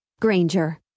Granger